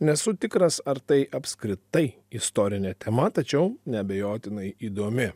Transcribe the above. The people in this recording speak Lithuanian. nesu tikras ar tai apskritai istorinė tema tačiau neabejotinai įdomi